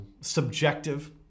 subjective